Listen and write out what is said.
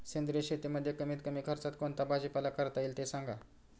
सेंद्रिय शेतीमध्ये कमीत कमी खर्चात कोणता भाजीपाला करता येईल ते सांगा